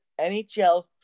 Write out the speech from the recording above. NHL